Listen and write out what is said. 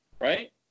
right